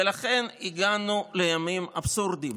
ולכן הגענו לימים אבסורדיים